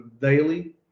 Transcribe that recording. daily